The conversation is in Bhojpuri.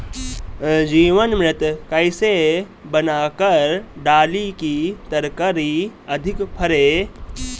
जीवमृत कईसे बनाकर डाली की तरकरी अधिक फरे?